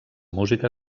música